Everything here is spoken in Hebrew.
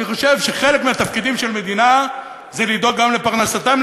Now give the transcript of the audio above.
אני חושב שחלק מהתפקידים של מדינה זה לדאוג גם לפרנסתם,